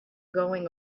going